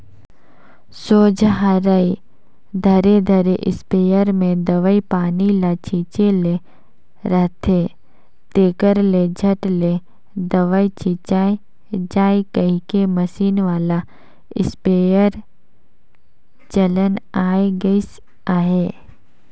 सोझ हरई धरे धरे इस्पेयर मे दवई पानी ल छीचे ले रहथे, तेकर ले झट ले दवई छिचाए जाए कहिके मसीन वाला इस्पेयर चलन आए गइस अहे